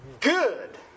good